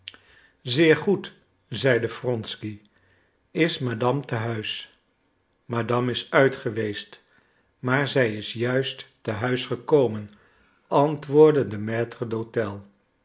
zeer goed zeide wronsky is madame te huis madame is uit geweest maar zij is juist te huis gekomen antwoordde de maître d'hôtel